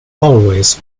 always